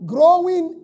Growing